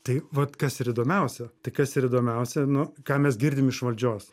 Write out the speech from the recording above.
tai vat kas ir idomiausia tai kas ir įdomiausia nu ką mes girdim iš valdžios